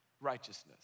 righteousness